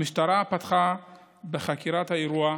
המשטרה פתחה בחקירת האירוע.